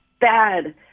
bad